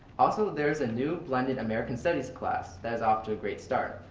also, there is a new blended american studies class that is off to a great start.